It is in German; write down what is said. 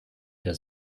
der